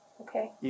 Okay